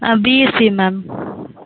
a BSc ma'am